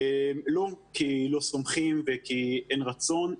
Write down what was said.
לא כי לא סומכים וכי אין רצון,